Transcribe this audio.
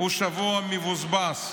הוא שבוע מבוזבז.